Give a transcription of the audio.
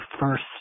first